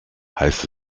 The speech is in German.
heißt